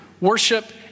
worship